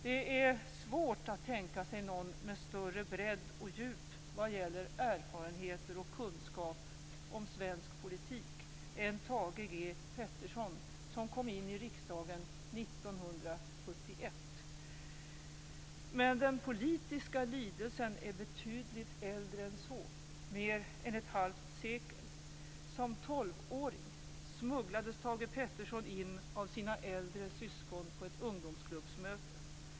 Det är svårt att tänka sig någon med större bredd och djup vad gäller erfarenheter och kunskap om svensk politik än Thage G Peterson, som kom in i riksdagen 1971. Men den politiska lidelsen är betydligt äldre än så - mer än ett halvt sekel. Som 12-åring smugglades Thage Peterson in av sina äldre syskon på ett ungdomsklubbsmöte.